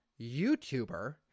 YouTuber